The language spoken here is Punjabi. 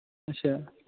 ਅੱਛਾ